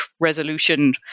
resolution